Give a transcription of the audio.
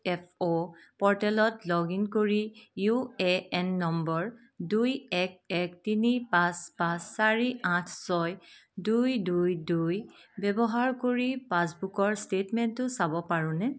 F O প'ৰ্টেলত log in কৰি U A N নম্বৰ দুই এক এক তিনি পাঁচ পাঁচ চাৰি আঠ ছয় দুই দুই দুই ব্যৱহাৰ কৰি পাছবুকৰ ষ্টেটমেণ্টটো চাব পাৰোঁনে